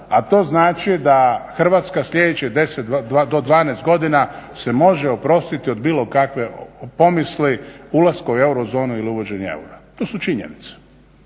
a to znači da Hrvatska sljedećih 10 do 12 godina se može oprostiti od bilo kakve pomisli ulaska u eurozonu ili uvođenje eura. To su činjenice.